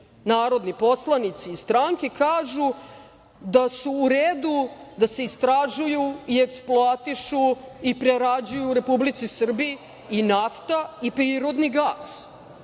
narodni poslanici i stranke kažu da su u redu da se istražuju i eksploatišu i prerađuju u Republici Srbiji i nafta i prirodni gas